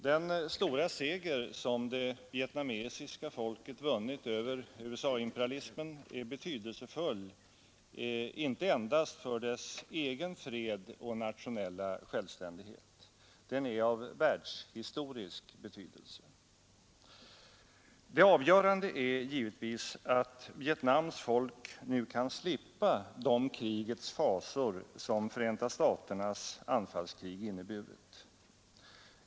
Den stora seger som det vietnamesiska folket vunnit Onsdagen den över USA-imperialismen är betydelsefull, inte endast för dess egen fred 21 mars 1973 och nationella självständighet. Den är av världshistorisk betydelse. Det avgörande är givetvis att Vietnams folk nu kan slippa de krigets Utrikes-, handelsfasor, som Förenta staternas anfallskrig inneburit.